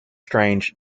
strange